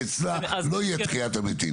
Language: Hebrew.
כי אצלה לא יהיה תחיית המתים.